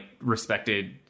respected